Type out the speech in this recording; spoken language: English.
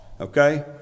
Okay